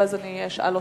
ואז אני אשאל אותך.